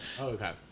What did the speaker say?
Okay